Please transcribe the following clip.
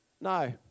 No